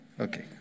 okay